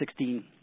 2016